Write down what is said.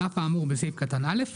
על אף האמור בסעיף קטן (א),